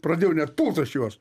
pradėjau net pult aš juos